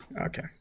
Okay